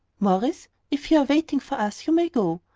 morris, if you are waiting for us, you may go.